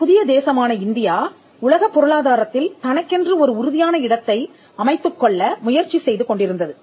புதிய தேசமான இந்தியா உலகப் பொருளாதாரத்தில் தனக்கென்று ஒரு உறுதியான இடத்தை அமைத்துக் கொள்ள முயற்சி செய்து கொண்டிருந்தது